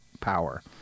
power